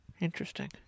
Interesting